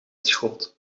schoot